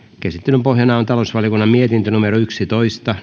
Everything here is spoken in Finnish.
käsittelyn pohjana on talousvaliokunnan mietintö yksitoista